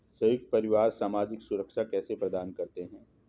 संयुक्त परिवार सामाजिक सुरक्षा कैसे प्रदान करते हैं?